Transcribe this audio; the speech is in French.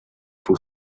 pour